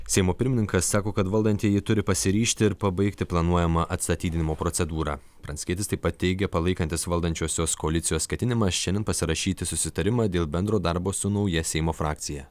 seimo pirmininkas sako kad valdantieji turi pasiryžti ir pabaigti planuojamą atstatydinimo procedūrą pranckietis taip pat teigė palaikantis valdančiosios koalicijos ketinimą šiandien pasirašyti susitarimą dėl bendro darbo su nauja seimo frakcija